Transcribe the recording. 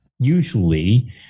usually